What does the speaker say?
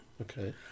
Okay